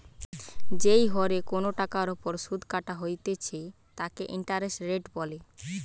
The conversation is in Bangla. যেই হরে কোনো টাকার ওপর শুধ কাটা হইতেছে তাকে ইন্টারেস্ট রেট বলে